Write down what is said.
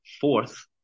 Fourth